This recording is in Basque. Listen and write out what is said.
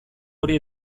hori